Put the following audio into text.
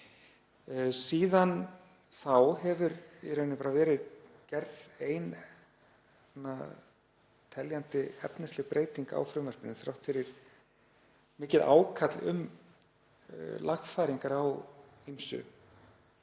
bara verið gerð ein teljandi efnisleg breyting á frumvarpinu þrátt fyrir mikið ákall um lagfæringar á ýmsu.